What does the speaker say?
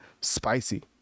spicy